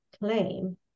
claim